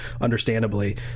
understandably